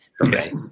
Okay